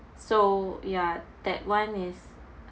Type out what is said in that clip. so ya that [one] is